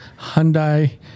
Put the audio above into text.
Hyundai